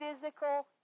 physical